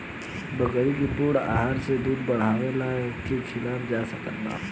बकरी के पूर्ण आहार में दूध बढ़ावेला का खिआवल जा सकत बा?